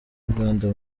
rwanda